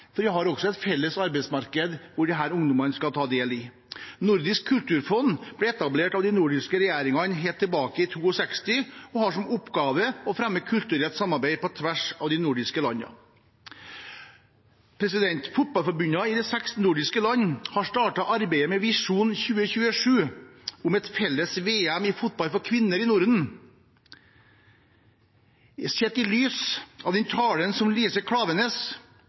for vi har også et felles arbeidsmarked hvor disse ungdommene skal ta del. Nordisk kulturfond ble etablert av de nordiske regjeringene helt tilbake i 1962 og har som oppgave å fremme kulturelt samarbeid på tvers av de nordiske landene. Fotballforbundene i de seks nordiske landene har startet arbeidet med Visjon 2027, om et felles VM i fotball for kvinner i Norden. Sett i lys av den talen som